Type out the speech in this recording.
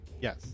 Yes